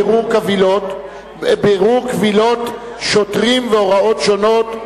בירור קבילות שוטרים והוראות שונות),